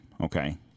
Okay